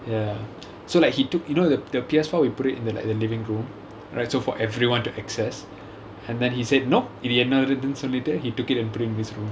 ya so like he took you know the the P_S four we put it in the like the living room right so for everyone to access and then he said no இது என்னோட இதுனு சொல்லிட்டு:idhu ennoda idhunu sollittu he took it and put it in his room